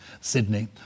Sydney